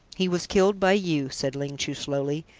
he was killed by you, said ling chu slowly,